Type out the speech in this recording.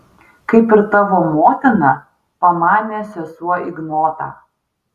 kaip ir tavo motina pamanė sesuo ignotą